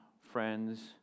friends